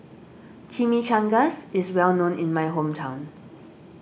Chimichangas is well known in my hometown